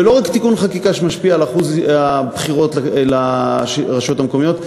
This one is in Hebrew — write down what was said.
ולא רק תיקון חקיקה שמשפיע על אחוז הבחירות לרשויות המקומיות,